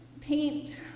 paint